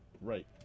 right